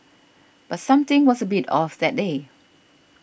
but something was a bit off that day